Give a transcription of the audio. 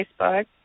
Facebook